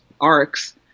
arcs